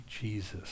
Jesus